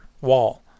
wall